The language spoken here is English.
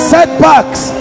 Setbacks